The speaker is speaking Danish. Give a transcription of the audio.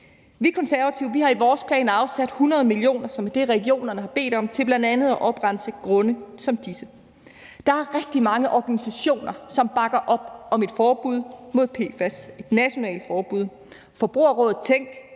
Vi Konservative har i vores planer afsat 100 mio. kr., som er det, regionerne har bedt om, til bl.a. at oprense grunde som disse. Der er rigtig mange organisationer, som bakker op om et nationalt forbud mod PFAS – Forbrugerrådet Tænk,